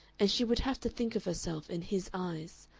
and she would have to think of herself in his eyes.